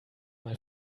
mal